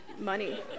money